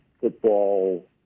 football